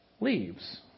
leaves